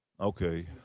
Okay